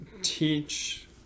teach